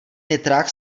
nitrák